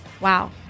Wow